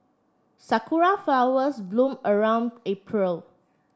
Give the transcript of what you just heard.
sakura flowers bloom around April